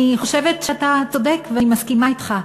אני חושבת שאתה צודק ואני מסכימה אתך,